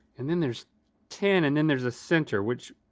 and then there's ten and then there's a center, which,